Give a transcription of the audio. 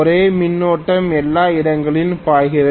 ஒரே மின்னோட்டம் எல்லா இடங்களிலும் பாய்கிறது